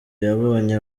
yabonye